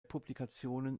publikationen